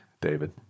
david